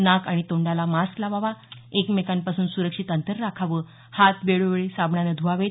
नाक आणि तोंडाला मास्क लावावा एकमेकांपासून सुरक्षित अंतर राखावं हात वेळोवेळी साबणाने धुवावेत